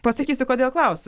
pasakysiu kodėl klausiu